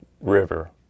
river